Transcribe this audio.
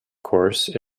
course